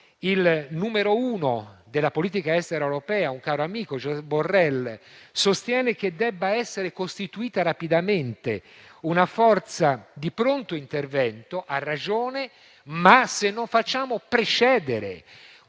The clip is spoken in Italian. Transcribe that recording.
il numero uno della politica estera europea, un caro amico, Josep Borrell, sostiene che deve essere costituita rapidamente una forza di pronto intervento ha ragione. Tuttavia, se non facciamo precedere